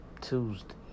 Tuesday